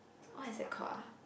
what is that called ah